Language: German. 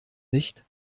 nicht